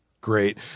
Great